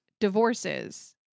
divorces